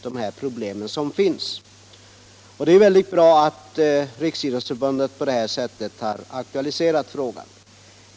Det är mycket bra att Riksidrottsförbundet på det här sättet har aktualiserat frågan.